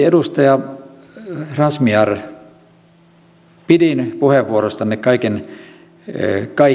edustaja razmyar pidin puheenvuorostanne kaiken kaikkiaan